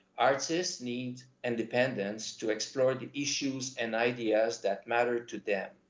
artists need independence to explore the issues and ideas that matter to them.